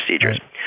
procedures